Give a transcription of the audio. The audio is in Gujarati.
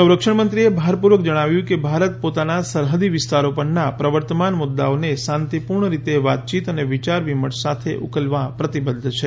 સંરક્ષણમંત્રી ભારપૂર્વક જણાવ્યું કે ભારત પોતાના સરહદી વિસ્તારો પરના પ્રવર્તમાન મુદ્દાઓને શાંતિપૂર્ણ રીતે વાતચીત અને વિયાર વિમર્શ સાથે ઉકેલવા પ્રતિબદ્ધ છે